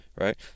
right